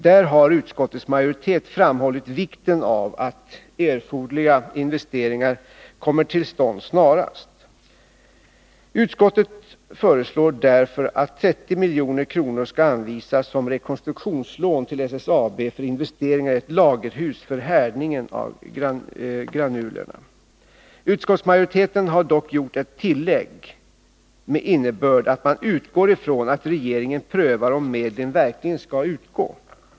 Där har utskottets majoritet framhållit vikten av att erforderliga investeringar kommer till stånd snarast. Utskottet föreslår därför att 30 milj.kr. skall anvisas som rekonstruktionslån till SSAB för investeringar i ett lagerhus för härdningen av granuler. Utskottsmajoriteten har dock gjort ett tillägg med innebörd att man utgår ifrån att regeringen prövar om medlen verkligen skall utgå.